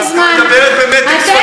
ממש לא.